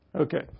Okay